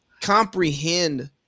comprehend